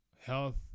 health